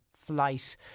flight